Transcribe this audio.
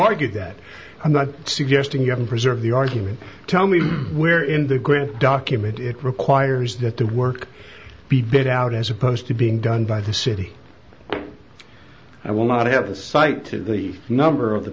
argued that i'm not suggesting you have preserved the argument tell me where in the grant document it requires that the work be bid out as opposed to being done by the city i will not have a cite to the number of the